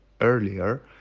earlier